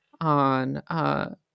on